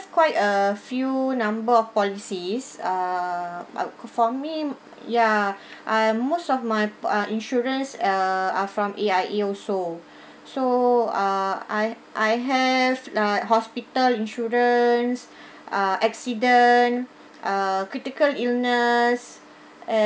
quite a few number of policies err out for me ya I'm most of my p~ uh insurance uh are from A_I_A also so uh I I have like hospital insurance uh accident uh critical illness and